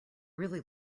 really